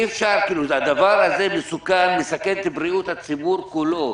אי אפשר, הדבר הזה מסכן את בריאות הציבור כולו.